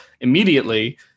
immediately